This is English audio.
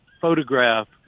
photograph